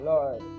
Lord